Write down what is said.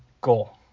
goal